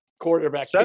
quarterback